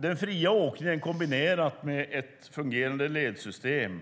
Den fria åkningen kombinerat med ett fungerande ledsystem